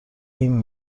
این